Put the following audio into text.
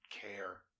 care